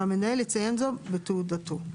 והמנהל יציין זאת בתעודתו.